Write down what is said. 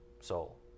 soul